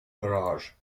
garage